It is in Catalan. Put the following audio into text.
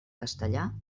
castellà